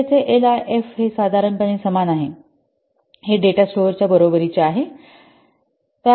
तर येथे L I F हे साधारणपणे समान आहे हे डेटा स्टोअरच्या बरोबरीचे आहे